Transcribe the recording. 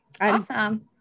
Awesome